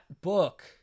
book